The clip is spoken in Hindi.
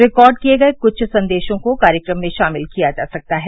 रिकॉर्ड किए गए कुछ संदेशों को कार्यक्रम में शामिल किया जा सकता है